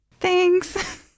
Thanks